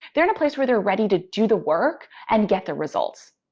they're in a place where they're ready to do the work and get the results.